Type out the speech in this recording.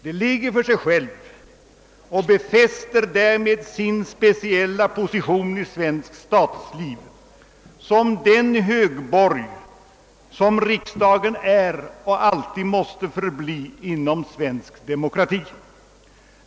Det ligger för sig självt och befäster därmed sin speciella position i svenskt statsliv som den högborg riksdagshuset är och alltid måste förbli inom svensk demokrati.